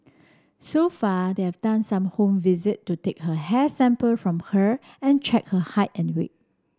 so far they have done some home visit to take her hair sample from her and check her height and weight